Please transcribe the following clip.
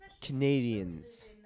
Canadians